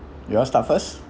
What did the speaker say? you want start first